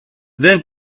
δεν